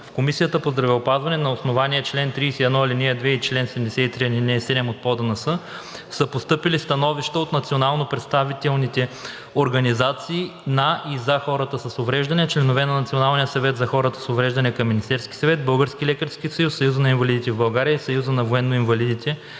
В Комисията по здравеопазването, на основание чл. 31, ал. 2 и чл. 73, ал. 7 от ПОДНС, са постъпили становища от национално представителните организации на и за хората с увреждания, членове на Националния съвет за хората с увреждания към Министерски съвет, Българския лекарски съюз, Съюза на инвалидите в България и Съюза на военноинвалидите